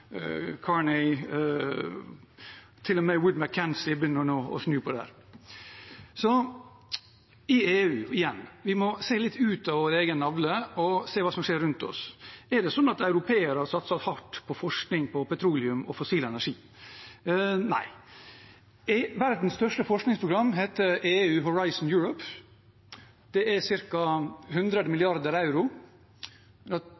begynner nå å snu der. Til EU igjen: Vi må se litt ut over vår egen navle og se hva som skjer rundt oss. Er det slik at europeere satser hardt på forskning på petroleum og fossil energi? – Nei. Verdens største forskningsprogram heter Horizon Europe. Det er på ca. 100